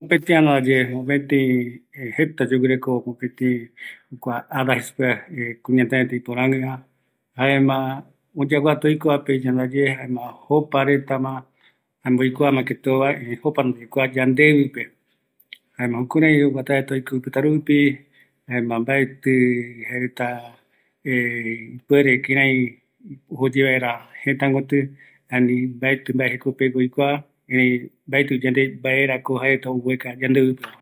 Mopëtï ara ndaye jeta kuñataï reta ikaviyeyeva, oyeesa kua yande ɨvɨpe, jare ndaye jopa oikoreta, oikuama mbae oyaporeta vaera, ëreɨ jaeko yaikua ketɨgui oureta, mbaeko oekaretava